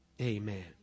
Amen